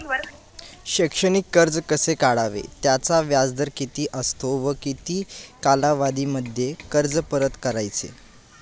शैक्षणिक कर्ज कसे काढावे? त्याचा व्याजदर किती असतो व किती कालावधीमध्ये कर्ज परत करायचे?